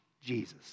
Jesus